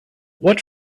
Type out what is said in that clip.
what